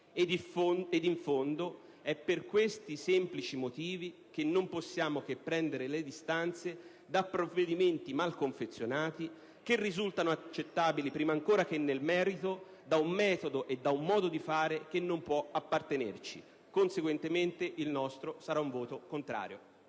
Ed in fondo è per questi semplici motivi che non possiamo che prendere le distanze da provvedimenti mal confezionati, che risultano inaccettabili prima ancora che nel merito, per un metodo ed un modo di fare che non può appartenerci. Conseguentemente il nostro sarà un voto contrario.